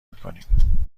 میکنیم